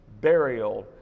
burial